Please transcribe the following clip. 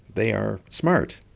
they are smart.